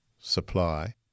supply